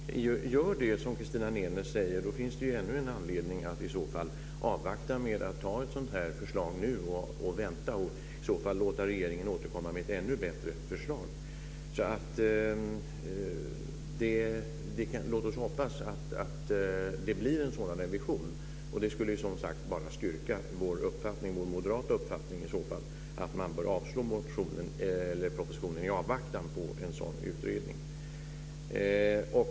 Fru talman! Om den nu gör det, som Christina Nenes säger, så finns det ännu en anledning att avvakta med att anta ett sådant här förslag nu och i stället vänta och låta regeringen återkomma med ett ännu bättre förslag. Låt oss alltså hoppas att det blir en sådan här revision. Det skulle som sagt bara styrka den moderata uppfattningen att man bör avslå propositionen i avvaktan på en utredning.